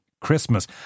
Christmas